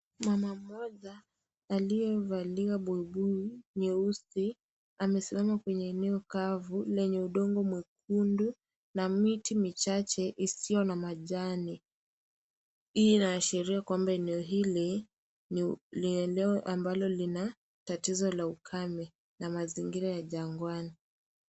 Mama mmoja aliyevalia buibui nyeusi amesimama kwenye eneo mkavu lenye udongo nyekundu na miti michache isiyo na majani .Hii inaashiria kuwa eneo hili ni eneo ambalo lina tatizo la ukame na mazingira ya jangwani.